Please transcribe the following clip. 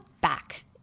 back